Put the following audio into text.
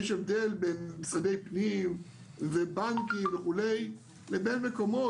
יש הבדל בין משרדי פנים ובנקים וכו' לבין מקומות